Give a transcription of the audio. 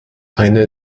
eine